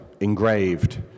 engraved